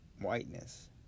whiteness